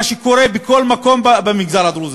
מה קורה בכל מקום במגזר הדרוזי,